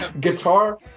Guitar